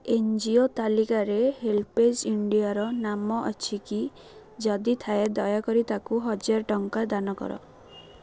N G O ତାଲିକାରେ HelpAge ଇଣ୍ଡିଆର ନାମ ଅଛି କି ଯଦି ଥାଏ ଦୟାକରି ତା'କୁ ହଜାରଟଙ୍କା ଦାନ କର